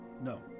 No